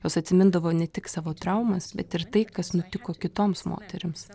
jos atsimindavo ne tik savo traumas bet ir tai kas nutiko kitoms moterims